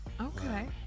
Okay